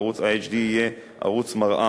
ערוץ ה-HD יהיה "ערוץ מראָה",